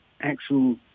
actual